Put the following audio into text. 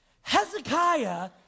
Hezekiah